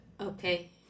Okay